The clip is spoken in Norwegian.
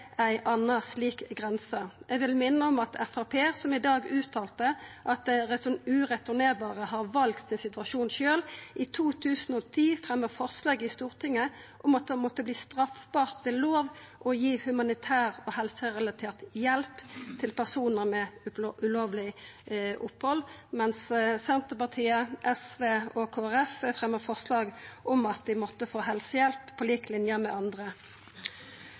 ei anna slik grense. Eg vil minna om at Framstegspartiet, som i dag uttalte at dei ureturnerbare har valt sin situasjon sjølv, i 2010 fremja forslag i Stortinget om at det måtte verta straffbart ved å lov å gi humanitær og helserelatert hjelp til personar med ulovleg opphald, mens Senterpartiet, SV og Kristeleg Folkeparti fremja forslag om at dei måtte få helsehjelp på lik linje med andre.